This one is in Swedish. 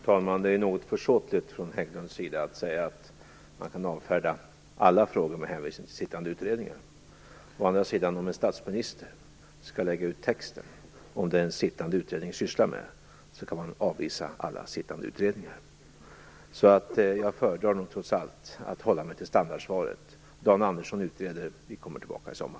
Fru talman! Det är något försåtligt från Hägglunds sida att säga att man kan avfärda alla frågor med hänvisningar till sittande utredningar. Å andra sidan - om en statsminister skall lägga ut texten om det som den utredningen sysslar med, kan man avvisa alla sittande utredningar. Jag föredrar nog trots allt att hålla mig till standardsvaret. Dan Andersson utreder, och vi kommer tillbaka i sommar.